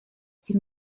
sie